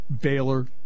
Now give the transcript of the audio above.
Baylor